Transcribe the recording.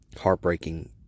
Heartbreaking